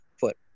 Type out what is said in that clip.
foot